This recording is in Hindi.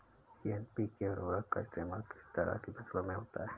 एन.पी.के उर्वरक का इस्तेमाल किस तरह की फसलों में होता है?